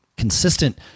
consistent